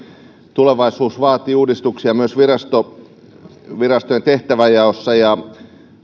tulevaisuus vaatii uudistuksia myös virastojen tehtävänjaossa ja